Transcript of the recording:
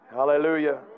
hallelujah